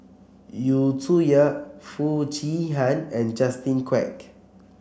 Yu Zhuye Foo Chee Han and Justin Quek